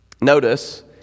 Notice